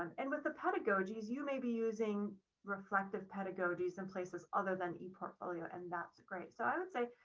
um and with the pedagogies, you may be using reflective pedagogies in places other than eportfolio, and that's great. so i would say,